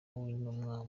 w’intumwa